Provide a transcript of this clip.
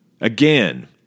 Again